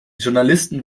journalisten